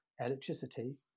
electricity